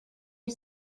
you